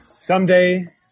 Someday